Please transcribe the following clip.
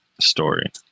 story